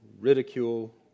ridicule